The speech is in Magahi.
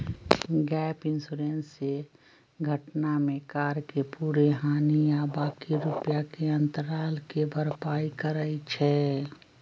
गैप इंश्योरेंस से घटना में कार के पूरे हानि आ बाँकी रुपैया के अंतराल के भरपाई करइ छै